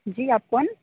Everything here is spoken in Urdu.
جی آپ کون